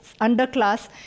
underclass